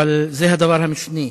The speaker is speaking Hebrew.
אבל זה הדבר המשני,